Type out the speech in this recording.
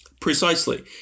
Precisely